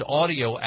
audio